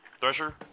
Thresher